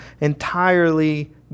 entirely